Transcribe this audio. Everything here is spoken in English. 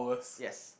yes